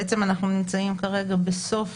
אנחנו נמצאים כרגע בסוף